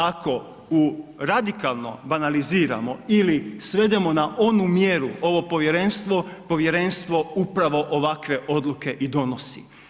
Ako u radikalno banaliziramo ili svedemo na onu mjeru ovo povjerenstvo, povjerenstvo upravo ovakve odluke i donosi.